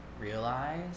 Realize